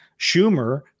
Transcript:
Schumer